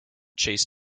chased